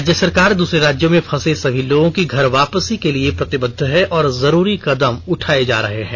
राज्य सरकार दूसरे राज्यों में फंसे सभी लोगों की घर वापसी के लिए प्रतिबद्ध है और जरूरी कदम उठाये जा रहे हैं